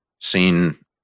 seen